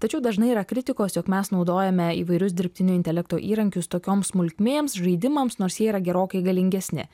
tačiau dažnai yra kritikos jog mes naudojame įvairius dirbtinio intelekto įrankius tokioms smulkmėms žaidimams nors jie yra gerokai galingesni